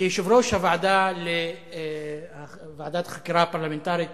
כיושב-ראש ועדת החקירה הפרלמנטרית